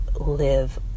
live